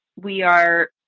we are.